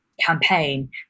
campaign